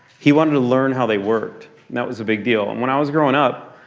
he wanted to learn how they worked. and that was a big deal. when i was growing up,